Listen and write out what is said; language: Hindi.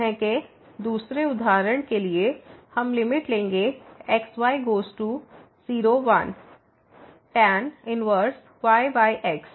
इस तरह के दूसरे उदाहरण के लिए हम लिमिट लेंगे x y goes to 0 1 tan inverse yx